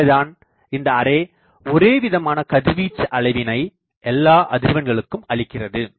எனவேதான் இந்த அரே ஒரே விதமான கதிர்வீச்சு அளவினை எல்லா அதிர்வெண்களுக்கும் அளிக்கிறது